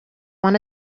want